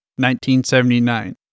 1979